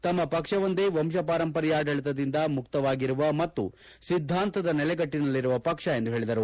ತಮ್ಮ ಪಕ್ಷವೊಂದೇ ವಂತಪಾರಂಪರ್ಯಾಡಳಿತದಿಂದ ಮುಕ್ತವಾಗಿರುವ ಮತ್ತು ಸಿದ್ದಾಂತದ ನೆಲೆಗಟ್ಟಿನಲ್ಲಿರುವ ಪಕ್ಷ ಎಂದು ಹೇಳಿದರು